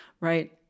right